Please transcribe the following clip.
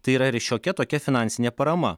tai yra ir šiokia tokia finansinė parama